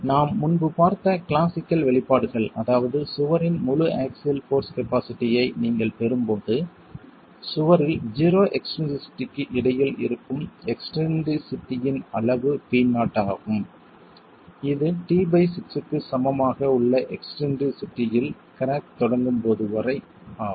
நாம் முன்பு பார்த்த கிளாசிக்கல் வெளிப்பாடுகள் அதாவது சுவரின் முழு ஆக்ஸில் போர்ஸ் கபாஸிட்டி ஐ நீங்கள் பெறும்போது சுவரில் 0 எக்ஸ்ன்ட்ரிசிட்டிக்கு இடையில் இருக்கும் எக்ஸ்ன்ட்ரிசிட்டியின் அளவு P0 ஆகும் இது t6 க்கு சமம் ஆக உள்ள எக்ஸ்ன்ட்ரிசிட்டி இல் கிராக் தொடங்கும் போது வரை ஆகும்